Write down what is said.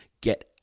get